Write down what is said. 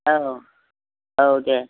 औ औ दे